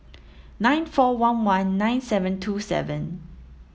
nine four one one nine seven two seven